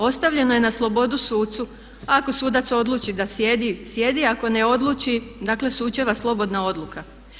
Ostavljeno je na slobodu sucu, ako sudac odluči da sjedi, ako ne odluči, dakle sučeva slobodna odluka.